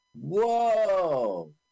Whoa